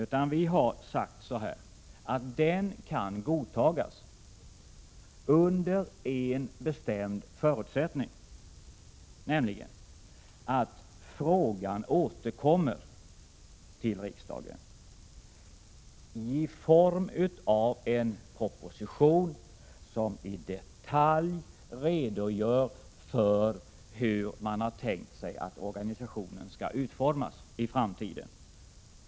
I stället har vi sagt att propositionen kan godtas under en bestämd förutsättning, nämligen att frågan återkommer till riksdagen i form av en proposition, som i detalj redogör för hur man har tänkt sig att organisationen skall utformas i framtiden.